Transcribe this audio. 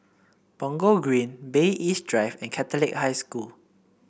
Punggol Green Bay East Drive and Catholic High School